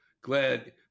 Glad